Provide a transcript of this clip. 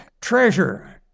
treasure